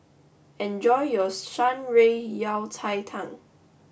enjoy your Shan Rui Yao Cai Tang